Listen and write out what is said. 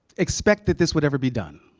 expect that this would ever be done,